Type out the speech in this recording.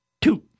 two